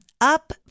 Up